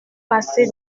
passer